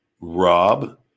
Rob